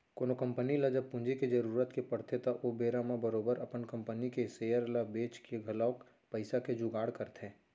कोनो कंपनी ल जब पूंजी के जरुरत के पड़थे त ओ बेरा म बरोबर अपन कंपनी के सेयर ल बेंच के घलौक पइसा के जुगाड़ करथे